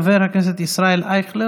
חבר הכנסת ישראל אייכלר,